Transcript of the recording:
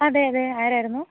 അതെ അതെ ആരായിരുന്നു